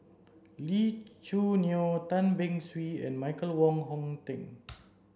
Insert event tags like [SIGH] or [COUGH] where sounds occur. Lee Choo Neo Tan Beng Swee and Michael Wong Hong Teng [NOISE]